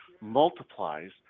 multiplies